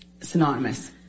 synonymous